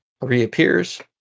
reappears